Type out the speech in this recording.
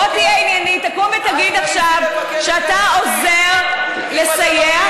תקום ותגיד עכשיו שאתה עוזר לסייע,